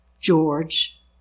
George